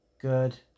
good